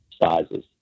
sizes